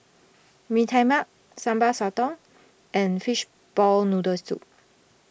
Mee Tai Mak Sambal Sotong and Fishball Noodle Soup